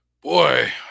Boy